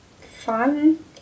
fun